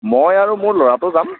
মই আৰু মোৰ ল'ৰাটো যাম